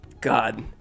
God